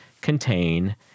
contain